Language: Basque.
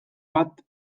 bat